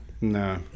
No